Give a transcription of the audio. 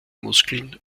muskeln